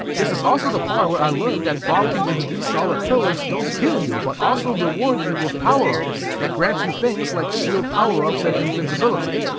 this is also the part where i learned that bonking into these solid pillars don't kill you, but also reward you with power-ups that grant you things like shield power-ups and invincibility.